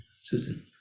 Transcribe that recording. Susan